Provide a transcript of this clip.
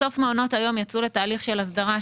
בסוף מעונות היום יצאו לתהליך של הסדרה,